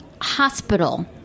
Hospital